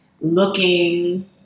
looking